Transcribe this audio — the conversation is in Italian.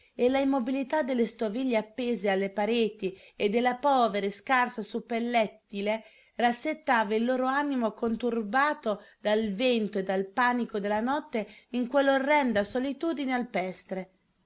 e la immobilità delle stoviglie appese alle pareti e della povera e scarsa suppellettile rassettava il loro animo conturbato dal vento e dal panico della notte in quella orrenda solitudine alpestre